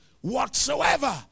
whatsoever